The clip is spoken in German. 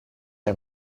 ein